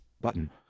Button